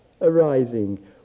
arising